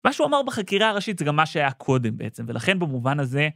מה שהוא אמר בחקירה הראשית, זה גם מה שהיה קודם בעצם, ולכן במובן הזה...